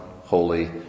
holy